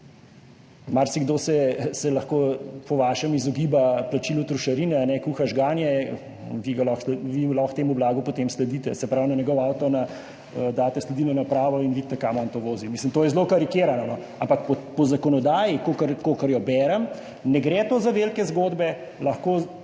Marsikdo se lahko po vašem izogiba plačilu trošarine, kuha žganje, vi lahko temu blagu potem sledite, se pravi na njegov avto daste sledilno napravo in vidite, kam on to vozi. Mislim, to je zelo karikirano, ampak po zakonodaji, kolikor jo berem, ne gre za velike zgodbe, lahko